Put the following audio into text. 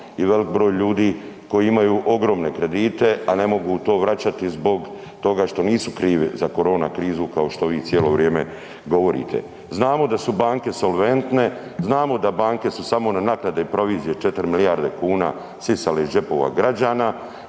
i velik broj ljudi koji imaju ogromne kredite, a ne mogu to vraćati zbog toga što nisu krivi za korona krizu kao što vi cijelo vrijeme govorite. Znamo da su banke solventne, znamo da banke su samo na naknade i provizije 4 milijarde kuna sisali iz džepova građana